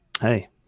hey